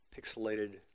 pixelated